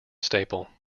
staple